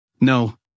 No